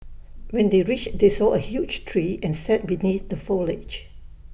when they reached they saw A huge tree and sat beneath the foliage